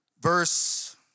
verse